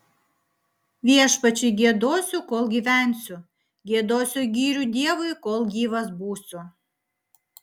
viešpačiui giedosiu kol gyvensiu giedosiu gyrių dievui kol gyvas būsiu